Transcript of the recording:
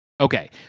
Okay